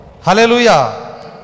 Hallelujah